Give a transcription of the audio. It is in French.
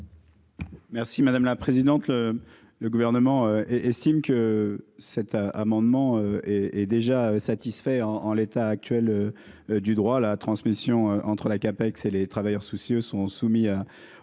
Merci madame la présidente. Le gouvernement estime que cet amendement. Est déjà satisfait en, en l'état actuel. Du droit la transmission entre l'AKP que et les travailleurs soucieux sont soumis aux